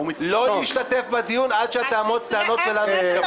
להשתתף בדיון עד שהטענות שלנו יישמעו.